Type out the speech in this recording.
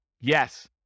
Yes